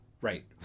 Right